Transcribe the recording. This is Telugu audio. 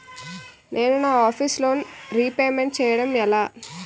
నేను నా ఆఫీస్ లోన్ రీపేమెంట్ చేయడం ఎలా?